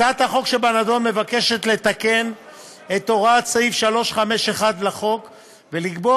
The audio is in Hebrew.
הצעת החוק שבנדון מבקשת לתקן את הוראת סעיף 351 לחוק ולקבוע